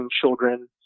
children